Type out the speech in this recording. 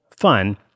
fun